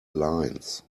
lines